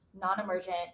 non-emergent